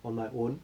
on my own